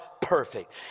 perfect